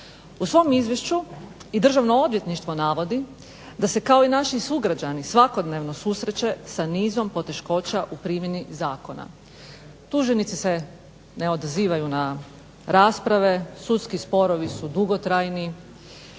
U svom izvješću i Državno odvjetništvo navodi da se kao i naši sugrađani svakodnevno susreće sa nizom poteškoća u primjeni zakona. Tuženici se ne odazivaju na rasprave, sudski sporovi su dugotrajni,